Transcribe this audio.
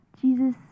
Jesus